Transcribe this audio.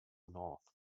north